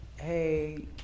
hey